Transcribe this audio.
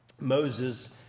Moses